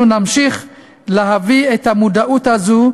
אנחנו נמשיך להביא את המודעות הזאת,